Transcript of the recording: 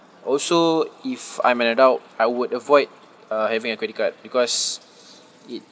also if I'm an adult I would avoid uh having a credit card because it